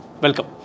Welcome